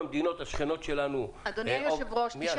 האם